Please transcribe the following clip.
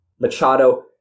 Machado